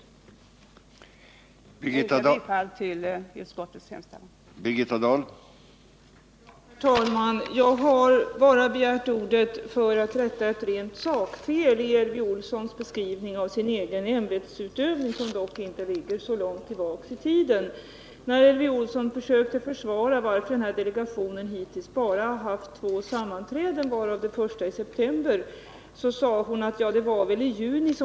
Jag yrkar bifall till utskottets hemställan.